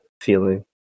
feeling